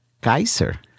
Kaiser